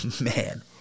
Man